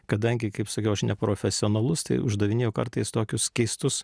kadangi kaip sakiau aš neprofesionalus tai uždavinėju kartais tokius keistus